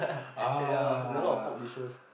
ya there a lot of pork dishes